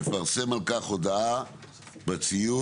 יפרסם על כך הודעה בציון